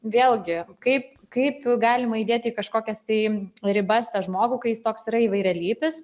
vėlgi kaip kaip galima įdėti į kažkokias tai ribas tą žmogų kai jis toks yra įvairialypis